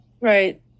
Right